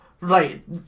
Right